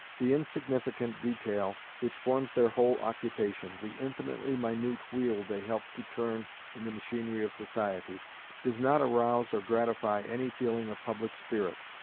the insignificant detail which forms their whole occupation the infinitely minute wheel they help to turn in the machinery of society does not arouse or gratify any feeling of public spirit,